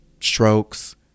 strokes